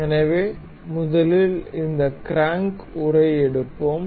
எனவே முதலில் இந்த க்ராங்க் உறை எடுப்போம்